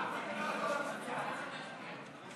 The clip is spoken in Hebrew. של עסקים בימי מנוחה),